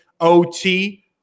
OT